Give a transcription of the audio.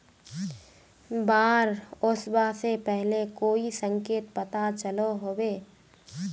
बाढ़ ओसबा से पहले कोई संकेत पता चलो होबे?